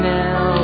now